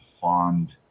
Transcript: fond